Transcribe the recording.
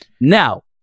Now